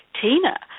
Tina